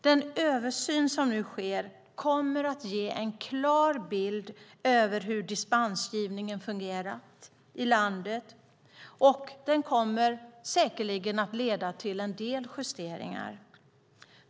Den översyn som nu sker kommer att ge en klar bild över hur dispensgivningen fungerat i landet, och den kommer säkerligen att leda till en del justeringar.